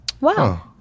Wow